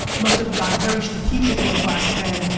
um it must've gotten very strategic in those last ten.